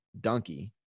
donkey